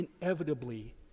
inevitably